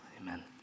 amen